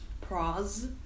pros